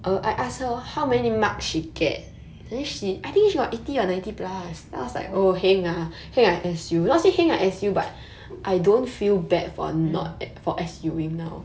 oh mm